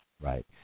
Right